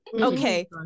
Okay